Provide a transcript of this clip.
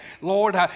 Lord